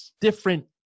different